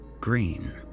green